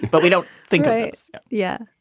but we don't think yeah.